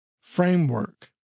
framework